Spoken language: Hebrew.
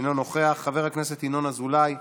אינו נוכח, חבר הכנסת ינון אזולאי,